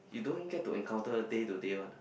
you don't get to encounter day to day one